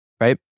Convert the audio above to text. right